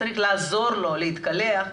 שצריך לעזור לו להתקלח,